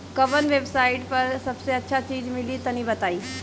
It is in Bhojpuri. कवन वेबसाइट पर सबसे अच्छा बीज मिली तनि बताई?